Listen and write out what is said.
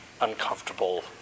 uncomfortable